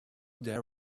there